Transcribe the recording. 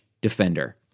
Defender